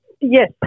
yes